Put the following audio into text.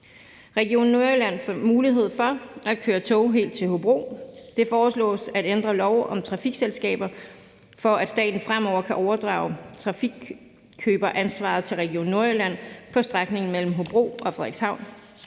Region Nordjylland får mulighed for at køre tog helt til Hobro. Det foreslås at ændre lov om trafikselskaber, for at staten fremover kan overdrage trafikkøberansvaret til Region Nordjylland på strækningen mellem Hobro og Frederikshavn.